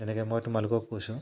তেনেকৈ মই তোমালোকক কৈছোঁ